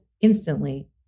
instantly